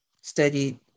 studied